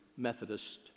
Methodist